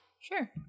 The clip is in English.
sure